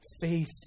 faith